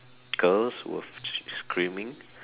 girls were screaming